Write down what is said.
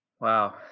Wow